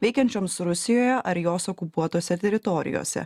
veikiančioms rusijoje ar jos okupuotose teritorijose